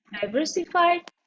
diversified